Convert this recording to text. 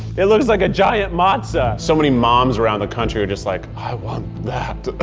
it looks like a giant matzo. so many moms around the country are just like, i want that.